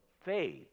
faith